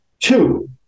Two